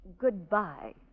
goodbye